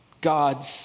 God's